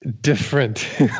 different